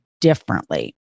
differently